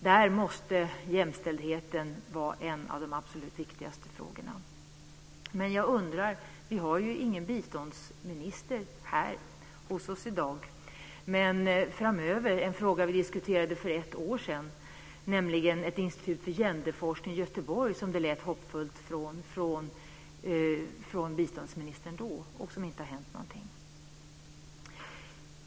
Därför måste jämställdheten vara en av de absolut viktigaste frågorna. Vi har ju ingen biståndsminister hos oss i dag, men en fråga vi diskuterade för ett år sedan gällde ett institut för genderforskning i Göteborg. Då lät det hoppfullt från biståndsministern, men det har inte hänt något.